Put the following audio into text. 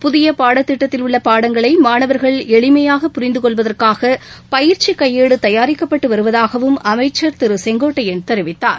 புதிய பாடத்திட்டத்தில் உள்ள பாடங்களை மாணவர்கள் எளிமையாக புரிந்துக்கொள்வதற்காக பயிற்சி கையேடு தயாரிக்கப்பட்டு வருவதாகவும் அமைச்சர் திரு செங்கோட்டையன் தெரிவித்தார்